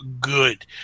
good